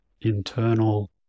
internal